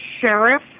sheriff